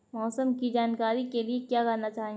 मौसम की जानकारी के लिए क्या करना चाहिए?